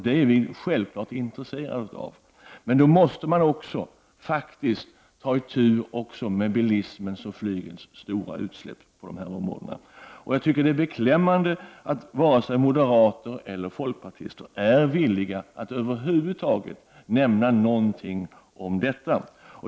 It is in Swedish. Vi är självfallet intresserade av det. Men då måste man också — faktiskt — ta itu med bilismens och flygets stora utsläpp. Det är beklämmande att varken moderater eller folkpartister är villiga att över huvud taget nämna någonting om detta.